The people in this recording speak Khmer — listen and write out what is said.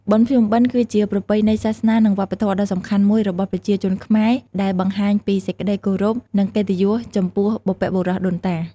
បុណ្យភ្ជុំបិណ្ឌគឺជាប្រពៃណីសាសនានិងវប្បធម៌ដ៏សំខាន់មួយរបស់ប្រជាជនខ្មែរ ដែលបង្ហាញពីសេចក្ដីគោរព និងកិត្តិយសចំពោះបុព្វបុរសដូនតា។